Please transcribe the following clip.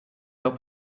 help